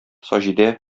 саҗидә